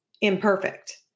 imperfect